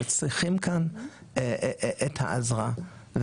וצריכים כאן את העזרה,